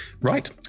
Right